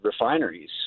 refineries